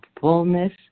fullness